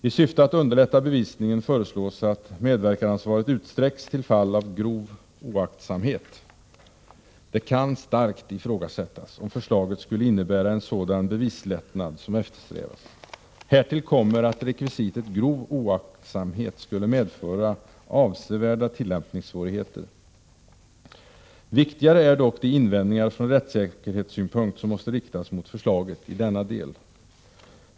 I syfte att underlätta bevisningen föreslås att medverkansansvaret utsträcks till fall av grov oaktsamhet. Det kan starkt ifrågasättas om förslaget skulle innebära en sådan bevislättnad som eftersträvas. Härtill kommer att rekvisitet grov oaktsamhet skulle medföra avsevärda tillämpningssvårigheter. Viktigare är dock de invändningar från rättssäkerhetssynpunkt som måste riktas mot förslaget i denna del.